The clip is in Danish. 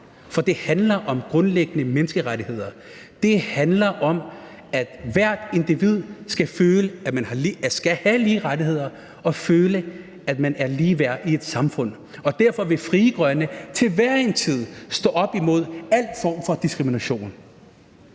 for det handler om grundlæggende menneskerettigheder. Det handler om, at ethvert individ skal have lige rettigheder og føle, at man er ligeværdig i et samfund. Og derfor vil Frie Grønne til hver en tid stå op imod al form for diskrimination.